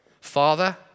Father